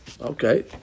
Okay